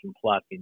plus